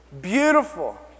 Beautiful